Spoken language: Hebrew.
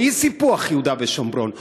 או אי-סיפוח יהודה ושומרון,